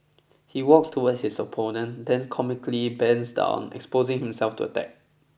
he walks towards his opponent then comically bends down exposing himself to attack